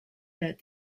that